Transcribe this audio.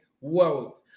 world